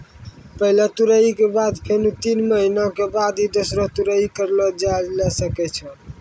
पहलो तुड़ाई के बाद फेनू तीन महीना के बाद ही दूसरो तुड़ाई करलो जाय ल सकै छो